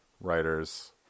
writers